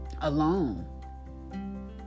alone